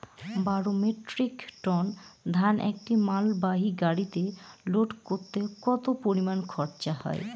বারো metric ton ধান একটি মালবাহী গাড়িতে লোড করতে কতো পরিমাণ খরচা হয়?